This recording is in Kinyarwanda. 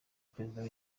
president